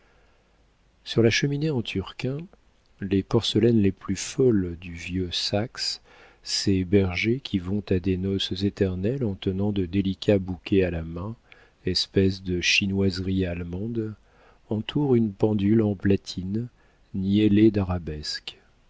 sur la cheminée en marbre turquin les porcelaines les plus folles du vieux saxe ces bergers qui vont à des noces éternelles en tenant de délicats bouquets à la main espèces de chinoiseries allemandes entourent une pendule en platine niellée d'arabesques